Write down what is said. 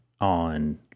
on